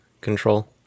control